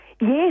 Yes